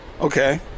Okay